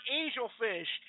angelfish